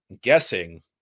guessing